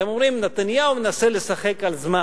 אתם אומרים: נתניהו מנסה לשחק על זמן,